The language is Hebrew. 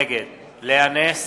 נגד לאה נס,